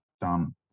done